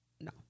No